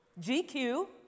GQ